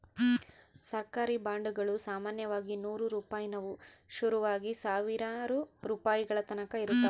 ಸರ್ಕಾರಿ ಬಾಂಡುಗುಳು ಸಾಮಾನ್ಯವಾಗಿ ನೂರು ರೂಪಾಯಿನುವು ಶುರುವಾಗಿ ಸಾವಿರಾರು ರೂಪಾಯಿಗಳತಕನ ಇರುತ್ತವ